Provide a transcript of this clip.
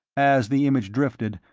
as the image drifted,